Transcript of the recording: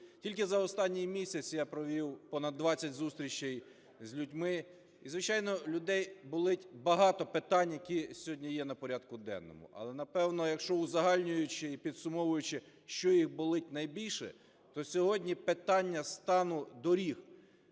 Тільки за останній місяць я провів понад 20 зустрічей з людьми. Звичайно, у людей болить багато питань, які сьогодні є на порядку денному. Але, напевно, якщо узагальнюючи і підсумовуючи, що їм болить найбільше, то сьогодні питання стану доріг,